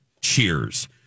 Cheers